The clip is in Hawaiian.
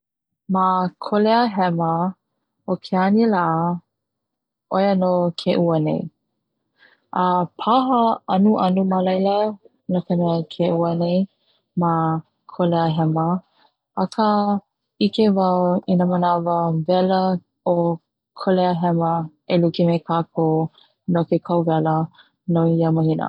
Ma kolea hema ke ʻanila ʻoia no ke uā nei, a paha ʻanuʻanu ma leila no ka me ke uā nei ma kolea hema aka ʻike wau i na manawa wela kolea hema e like me ko kākou no ke kauwela nō ia mahina.